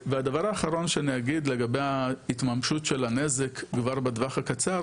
והדבר האחרון שאני אגיד לגבי ההתממשות של הנזק כבר בטווח הקצר,